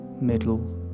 middle